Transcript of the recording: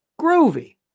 groovy